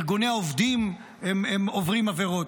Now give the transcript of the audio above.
ארגוני העובדים עוברים עבירות.